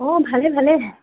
অঁ ভালে ভালে